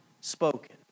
spoken